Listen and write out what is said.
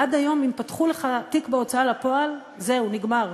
עד היום, אם פתחו לך תיק בהוצאה לפועל, זהו, נגמר,